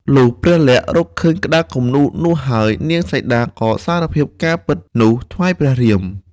លុះព្រះលក្សណ៍រកឃើញក្តារគំនូរនោះហើយ នាងសីតាក៏សារភាពការពិតនោះថ្វាយព្រះរាម។